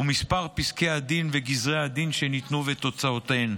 ומספר פסקי הדין וגזרי הדין שניתנו ותוצאותיהם.